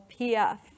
PF